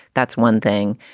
that's one thing.